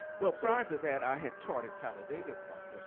well, prior to that, i had taught at talladega college, that's